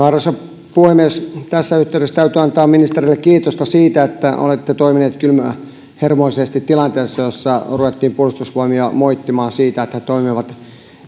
arvoisa puhemies tässä yhteydessä täytyy antaa ministerille kiitosta siitä että olette toiminut kylmähermoisesti tilanteessa jossa ruvettiin puolustusvoimia moittimaan siitä että se toimii